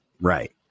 Right